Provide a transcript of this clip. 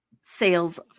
sales